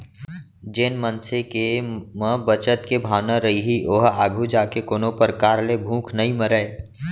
जेन मनसे के म बचत के भावना रइही ओहा आघू जाके कोनो परकार ले भूख नइ मरय